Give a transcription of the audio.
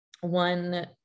One